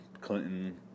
Clinton